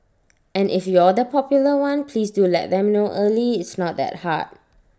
and if you're the popular one please do let them know early it's not that hard